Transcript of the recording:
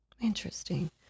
interesting